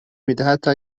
میده، حتا